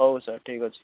ହଉ ସାର୍ ଠିକ୍ ଅଛି